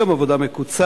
יום עבודה מקוצר,